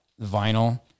vinyl